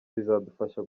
bizadufasha